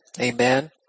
Amen